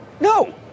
No